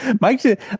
Mike